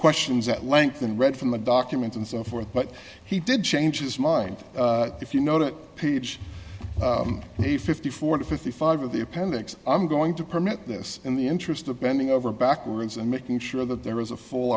questions at length and read from the documents and so forth but he did change his mind if you know to page one hundred and fifty four to fifty five of the appendix i'm going to permit this in the interest of bending over backwards and making sure that there is a full